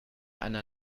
einer